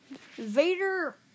Vader